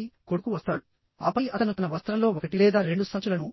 కాబట్టి కొడుకు వస్తాడు ఆపై అతను తన వస్త్రంలో ఒకటి లేదా రెండు సంచులను